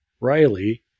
Riley